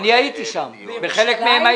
הייתי בחלק מהם.